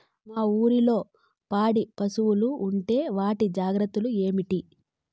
మీ ఊర్లలో పాడి పరిశ్రమలు ఉంటే వాటి జాగ్రత్తలు ఏమిటి